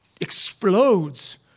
explodes